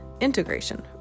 integration